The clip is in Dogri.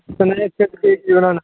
सगनै च केह् केह् बनाना